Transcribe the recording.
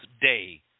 day